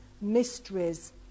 mysteries